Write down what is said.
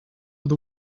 with